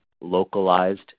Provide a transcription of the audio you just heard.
localized